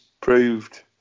proved